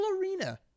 arena